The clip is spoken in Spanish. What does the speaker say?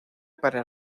para